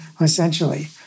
essentially